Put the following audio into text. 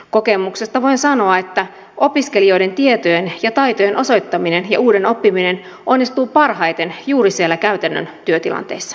kokemuksesta voin sanoa että opiskelijoiden tietojen ja taitojen osoittaminen ja uuden oppiminen onnistuu parhaiten juuri siellä käytännön työtilanteissa